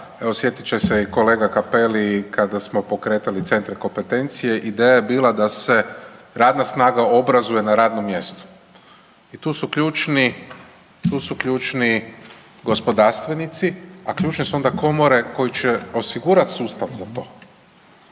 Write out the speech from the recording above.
sjetit će se i kolega Cappelli kada smo pokretali centre kompetencije ideja je bila da se radna snaga obrazuje na radnom mjestu. I tu su ključni, tu su ključni gospodarstvenici, a ključne su onda komore koje će osigurati sustav za to.